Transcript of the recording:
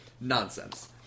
Nonsense